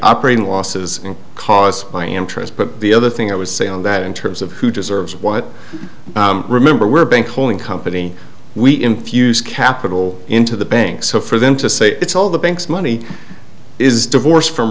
operating losses caused by interest but the other thing i would say on that in terms of who deserves what remember we're a bank holding company we infuse capital into the banks so for them to say it's all the bank's money is divorced from